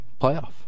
playoff